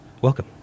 welcome